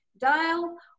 dial